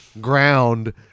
ground